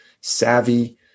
savvy